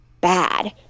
bad